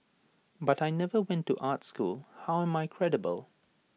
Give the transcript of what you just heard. but I never went to art school how am I credible